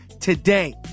today